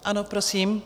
Ano prosím?